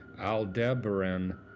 Aldebaran